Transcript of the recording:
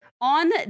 on